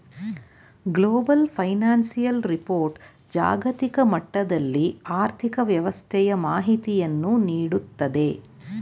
global financial report ಜಾಗತಿಕ ಮಟ್ಟದಲ್ಲಿ ಆರ್ಥಿಕ ವ್ಯವಸ್ಥೆಯ ಮಾಹಿತಿಯನ್ನು ನೀಡುತ್ತದೆ